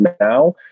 now